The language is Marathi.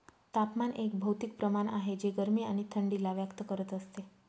तापमान एक भौतिक प्रमाण आहे जे गरमी आणि थंडी ला व्यक्त करत असते